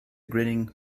grinning